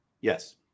Yes